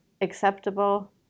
acceptable